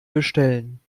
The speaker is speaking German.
bestellen